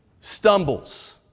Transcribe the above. stumbles